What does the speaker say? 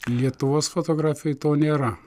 lietuvos fotografijoj to nėra